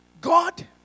God